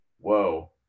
whoa